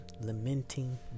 lamenting